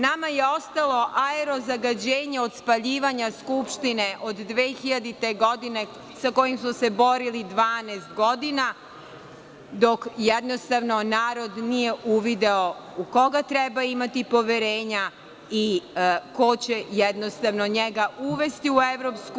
Nama je ostalo aerozagađenje od spaljivanja Skupštine od 2000. godine, sa kojim smo se borili 12 godina, dok jednostavno narod nije uvideo u koga treba imati poverenja i ko će jednostavno njega uvesti u EU.